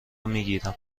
میگیرم